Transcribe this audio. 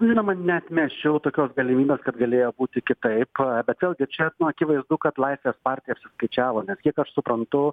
žinoma neatmesčiau tokios galimybės kad galėjo būti kitaip bet vėlgi čia nu akivaizdu kad laisvės partija apsiskaičiavo nes kiek aš suprantu